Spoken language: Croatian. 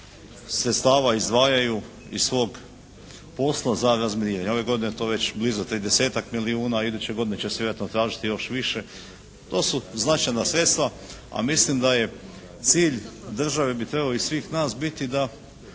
sredstava izdvajaju iz svog posla za razminiranje. Ove godine je to već blizu tridesetak milijuna, a iduće godine će se vjerojatno tražiti još više. To su značajna sredstva, a mislim da je cilj države bi trebao i svih nas biti da